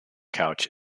couch